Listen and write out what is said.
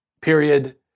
period